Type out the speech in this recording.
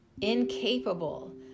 incapable